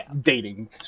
dating